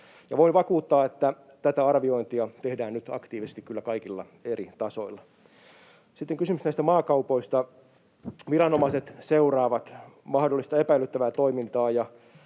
voin vakuuttaa, että tätä arviointia tehdään nyt kyllä aktiivisesti kaikilla eri tasoilla. Sitten kysymys näistä maakaupoista. Viranomaiset seuraavat mahdollista epäilyttävää toimintaa,